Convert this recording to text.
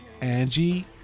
Angie